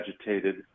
agitated